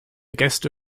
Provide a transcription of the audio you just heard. gäste